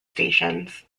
stations